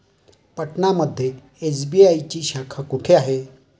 पटना मध्ये एस.बी.आय ची शाखा कुठे आहे?